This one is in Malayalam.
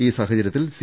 ഈ സാഹച ര്യത്തിൽ സി